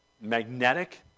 magnetic